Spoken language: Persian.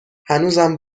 هنوزم